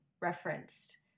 referenced